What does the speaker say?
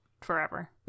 forever